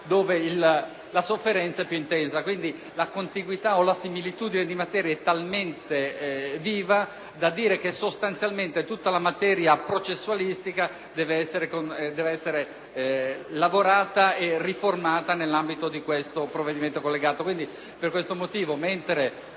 La contiguità o similitudine di materia è talmente viva da far concludere che sostanzialmente tutta la materia processuale deve essere lavorata e riformata nell'ambito di questo provvedimento collegato.